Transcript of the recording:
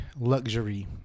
luxury